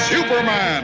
Superman